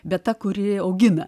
bet ta kuri augina